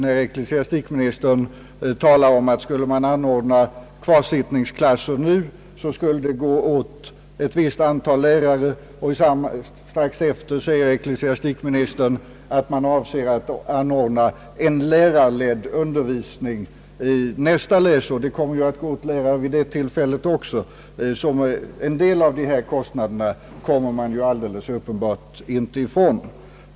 Ecklesiastikministern talar om att ifall man skulle anordna kvarsittningsklasser nu, så skulle det gå åt ett visst antal lärare, och strax efteråt säger han att man avser att inrätta en lärarledd undervisning nästa läsår. Det kommer ju att gå åt lärare i det sammanhanget också. En del av dessa kostnader kommer man uppenbarligen inte ifrån.